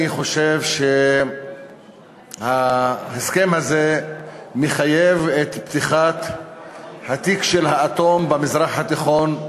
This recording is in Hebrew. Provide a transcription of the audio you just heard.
אני חושב שההסכם הזה מחייב את פתיחת התיק של האטום במזרח התיכון,